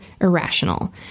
irrational